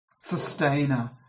sustainer